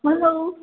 hello